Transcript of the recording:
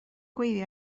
gweiddi